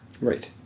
Right